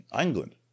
England